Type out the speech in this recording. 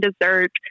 dessert